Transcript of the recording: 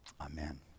Amen